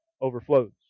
overflows